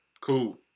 Cool